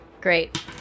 Great